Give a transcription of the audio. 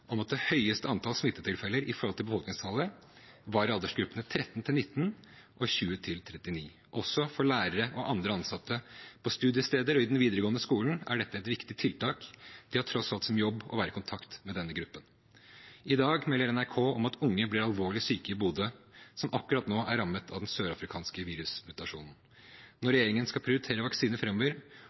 om at det høyeste antallet smittetilfeller i forhold til befolkningstallet var i aldersgruppene 13–19 år og 20–39 år. Også for lærere og andre ansatte på studiesteder og i den videregående skolen er dette et viktig tiltak. De har tross alt som jobb å være i kontakt med denne gruppen. I dag melder NRK om at unge blir alvorlig syke i Bodø, som akkurat nå er rammet av den sørafrikanske virusmutasjonen. Når regjeringen skal prioritere vaksiner